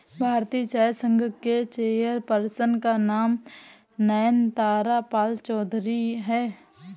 भारतीय चाय संघ के चेयर पर्सन का नाम नयनतारा पालचौधरी हैं